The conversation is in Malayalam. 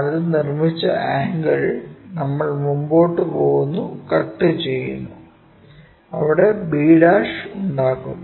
അത് നിർമ്മിച്ച ആംഗിൾ നമ്മൾ മുന്നോട്ട് പോകുന്നു കട്ട് ചെയ്യുന്നു അവിടെ b ഉണ്ടാക്കുന്നു